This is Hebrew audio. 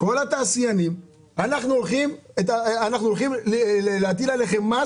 לכל התעשיינים ואנחנו אומרים להם שאנחנו הולכים להטיל עליהם מס